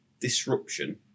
disruption